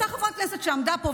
אותה חברת כנסת עמדה פה,